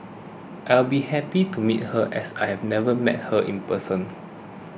I'll be happy to meet her as I've never met her in person